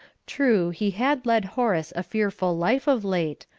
true, he had led horace a fearful life of late,